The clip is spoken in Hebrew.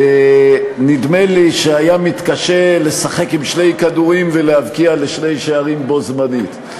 נדמה לי שהיה מתקשה לשחק עם שני כדורים ולהבקיע לשני שערים בו-זמנית.